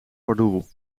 pardoel